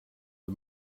the